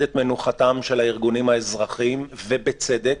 את מנוחתם של הארגונים האזרחיים ובצדק.